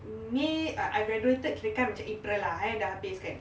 may I I graduated kirakan macam april lah eh dah habiskan